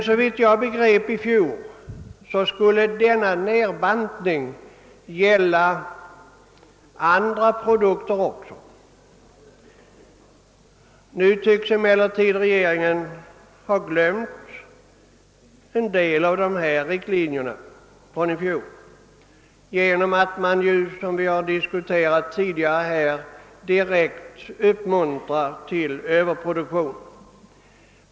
Såvitt jag begrep i fjol, skulle nedbantningen gälla även andra produkter. Nu tycks emellertid regeringen ha glömt en del av dessa riktlinjer från i fjol genom att, som vi har diskuterat här tidigare, direkt uppmuntra till överproduktion.